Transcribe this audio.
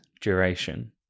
duration